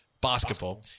basketball